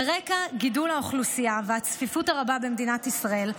על רקע גידול האוכלוסייה והצפיפות הרבה במדינת ישראל,